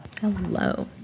Hello